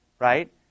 Right